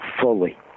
fully